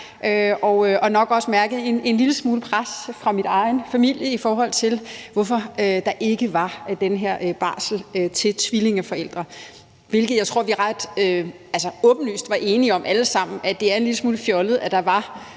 har nok også mærket en lille smule pres fra min egen familie, i forhold til hvorfor der ikke var den her barsel til tvillingeforældre. Jeg tror, vi alle sammen åbenlyst var enige om, at det er en lille smule fjollet, at der